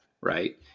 right